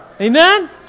Amen